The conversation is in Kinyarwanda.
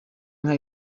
inka